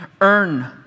earn